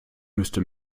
müsste